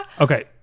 Okay